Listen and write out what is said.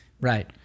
Right